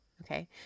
okay